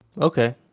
Okay